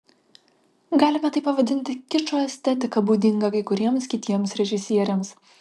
galime tai pavadinti kičo estetika būdinga kai kuriems kitiems režisieriams